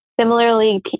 Similarly